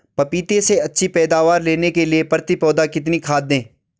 पपीते से अच्छी पैदावार लेने के लिए प्रति पौधा कितनी खाद दें?